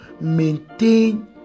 maintain